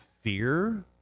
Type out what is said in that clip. fear